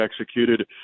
executed